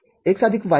z x y